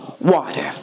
water